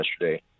yesterday